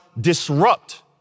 disrupt